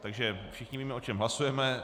Takže všichni víme, o čem hlasujeme.